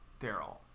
Daryl